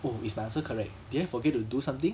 oh is my answer correct did I forget to do something